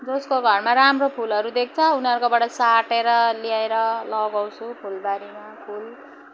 जसको घरमा राम्रो फुलहरू देख्छ उनीहरूकोबाट साटेर ल्याएर लगाउँछु फुलबारीमा फुल